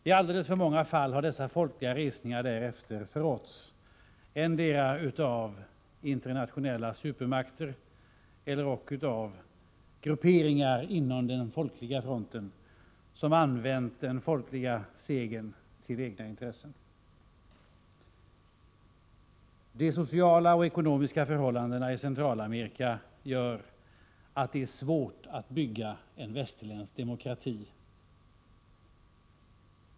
I alldeles för många fall har dessa folkliga resningar förråtts — endera av supermakter eller av grupperingar inom den folkliga fronten, som använt den folkliga segern för egna intressen. De sociala och ekonomiska förhållandena i Centralamerika gör att det där är svårt att bygga en västerländsk demokrati.